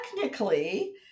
technically